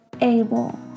Able